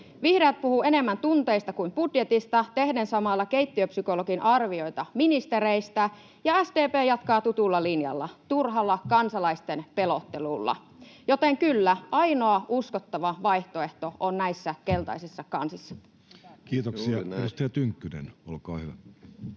Vihreät puhuvat enemmän tunteista kuin budjetista tehden samalla keittiöpsykologin arvioita ministereistä, ja Sdp jatkaa tutulla linjalla: turhalla kansalaisten pelottelulla. Joten kyllä, ainoa uskottava vaihtoehto on näissä keltaisissa kansissa. [Speech 52] Speaker: Jussi